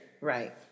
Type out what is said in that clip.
Right